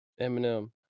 Eminem